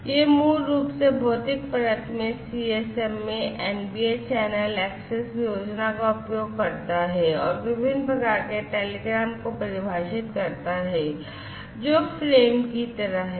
यह मूल रूप से भौतिक परत में CSMA NBA चैनल एक्सेस योजना का उपयोग करता है और विभिन्न प्रकार के टेलीग्राम को परिभाषित करता है जो फ्रेम की तरह है